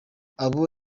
abo